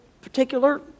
particular